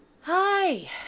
Hi